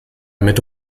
mit